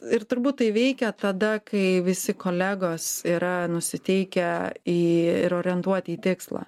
ir turbūt tai veikia tada kai visi kolegos yra nusiteikę į ir orientuoti į tikslą